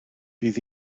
bydd